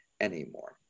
anymore